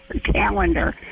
calendar